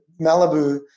Malibu